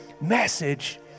message